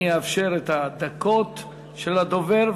אני אאפשר את הדקות של הדובר,